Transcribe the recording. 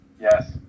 Yes